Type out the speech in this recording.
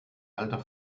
alter